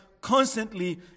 constantly